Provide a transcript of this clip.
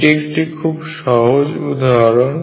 এটি একটি খুব সহজ উদাহরণ